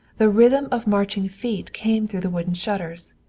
the rhythm of marching feet came through the wooden shutters.